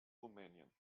rumänien